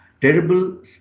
terrible